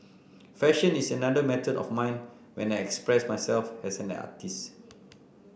fashion is another method of mine when I express myself as an artist